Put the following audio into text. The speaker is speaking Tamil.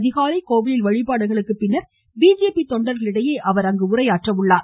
அதிகாலை கோவிலில் வழிபாடுகளுக்கு பின்னர் பிஜேபி நாளை தொண்டர்களிடையே அவர் உரையாற்றுகிறார்